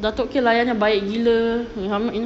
dato K layan dia baik gila